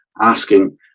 asking